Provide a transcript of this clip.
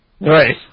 Right